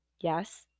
yes